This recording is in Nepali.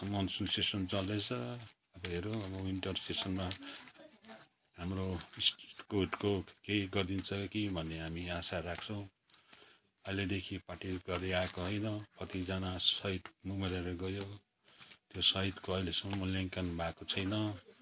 मनसुन सेसन चल्दैछ हेरौँ अब विन्टर सेसनमा हाम्रो केही गरिदिन्छ कि भन्ने हामी आशा राख्छौँ अहिलेदेखि गरिआएको होइन कतिजना सहिद मरेर गयो त्यो सहिदको अहिलेसम्म मूल्याङ्कन भएको छैन